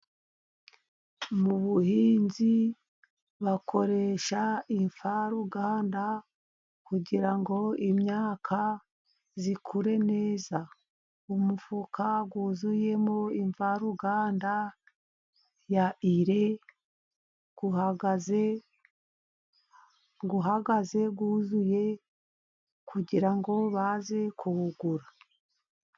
Mu buhinzi bakoresha imvaruganda, kugira ngo imyaka ikure neza. Umufuka wuzuyemo imvaruganda ya ire, uhagaze wuzuye, kugira ngo baze kuwugura.